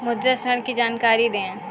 मुद्रा ऋण की जानकारी दें?